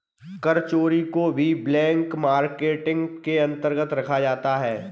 कर चोरी को भी ब्लैक मार्केटिंग के अंतर्गत रखा जाता है